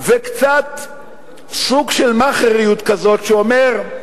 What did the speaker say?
וקצת סוג של מאכעריות כזאת, שאומר: